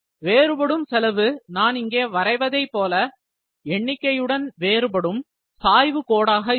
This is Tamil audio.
வேறுபடும் செலவு நான் இங்கே வரைவதை போல எண்ணிக்கையுடன் வேறுபடும் சாய்வு கோடாக இருக்கும்